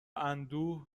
اندوه